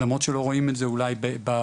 למרות שלא רואים את זה אולי ברשתות,